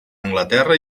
anglaterra